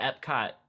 Epcot